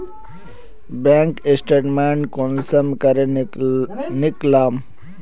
Bank statement कुंसम करे निकलाम?